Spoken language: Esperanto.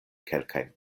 kelkajn